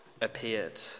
appeared